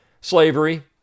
Slavery